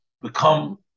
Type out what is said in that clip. become